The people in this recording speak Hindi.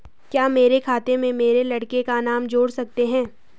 क्या मेरे खाते में मेरे लड़के का नाम जोड़ सकते हैं?